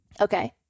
Okay